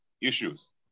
issues